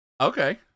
Okay